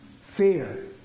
Fear